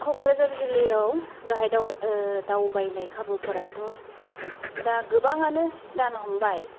क'क्राझार जिल्लायाव गाहाय दावबाय ओ दावबायनाय खाबुफोराथ' दा गोबाङानो जानो हमबाय